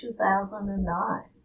2009